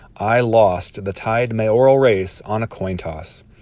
i lost the tied mayoral race on a coin toss.